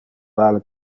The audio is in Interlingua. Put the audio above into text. vale